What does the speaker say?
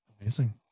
Amazing